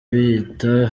biyita